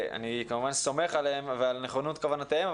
אני כמובן סומך עליהם ועל נכונות כוונותיהם,